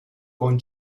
con